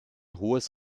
hohes